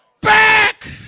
back